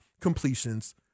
completions